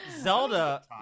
Zelda